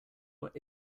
what